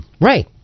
Right